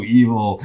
evil